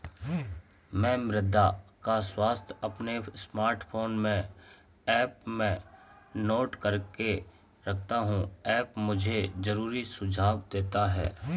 मैं मृदा का स्वास्थ्य अपने स्मार्टफोन में ऐप में नोट करके रखता हूं ऐप मुझे जरूरी सुझाव देता है